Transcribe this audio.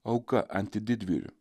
auka antididvyriu